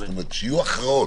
שיהיו הכרעות.